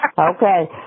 Okay